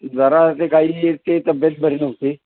जरा ते काही ते तब्येत बरी नव्हती